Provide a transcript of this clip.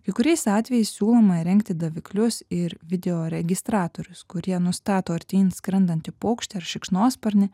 kai kuriais atvejais siūloma įrengti daviklius ir video registratorius kurie nustato artyn skrendantį paukštį ar šikšnosparnį